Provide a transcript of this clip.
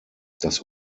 dass